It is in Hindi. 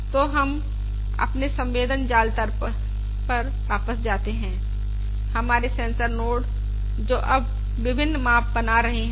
तो हम अपने संवेदन जाल तन्त्र पर वापस जाते हैं हमारे सेंसर नोड जो अब विभिन्न माप बना रहे हैं